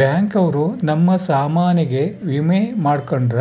bank ಅವ್ರ ನಮ್ ಸಾಮನ್ ಗೆ ವಿಮೆ ಮಾಡ್ಕೊಂಡ್ರ